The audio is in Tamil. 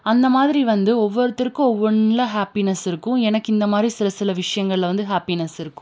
அந்த மாதிரி வந்து ஒவ்வொருத்தருக்கும் ஒவ்வொன்றில் ஹாப்பினஸ் இருக்கும் எனக்கு இந்த மாதிரி சில சில விஷயங்கள்ல வந்து ஹாப்பினஸ் இருக்கும்